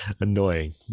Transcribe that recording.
annoying